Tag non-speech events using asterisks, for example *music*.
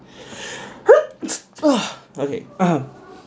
*noise* okay um